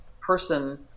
person